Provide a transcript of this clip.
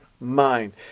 mind